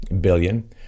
billion